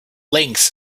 links